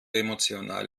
emotional